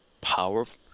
powerful